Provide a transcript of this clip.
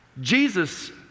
jesus